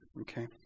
Okay